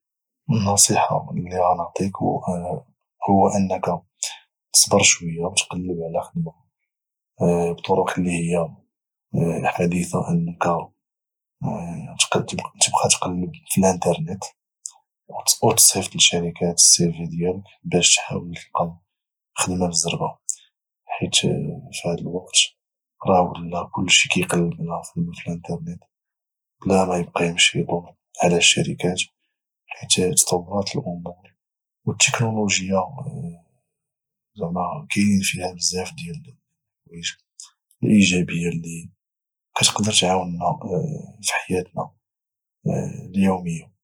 النصيحة اللي غنعطيك او انك تصبر شوية وتقلب على خدمة بطرق اللي هي حديثة انك تبقى تقلب في الأنترنت او تصيفط لشركات السيفي ديالك باش تحلول تلقى خدمة بزربة حيت في هاد الوقت راه ولى كلشي كيقلب على خدمة في الانترنيت بلا ميبقا يمشي يضور على الشركات حيت تطورات الامور والتكنولوجيا كاينين فيها بزاف ديال الحوايج الايجابية اللي كتقدر تعاونا في حياتنا اليومية